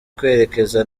kwerekeza